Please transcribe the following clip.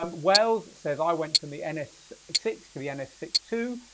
um wells says, i went from the n s six to the n s six two,